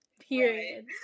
period